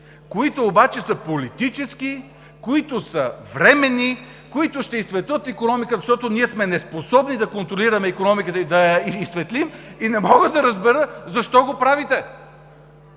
които обаче са политически, които са временни, които ще изсветлят икономиката, защото сме неспособни да контролираме икономиката и да я изсветлим. Не мога да разбера защо го правите,